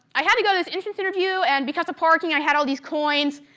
i had to go to this entrance interview, and because of parking, i had all these coins,